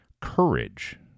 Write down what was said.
Courage